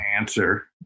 answer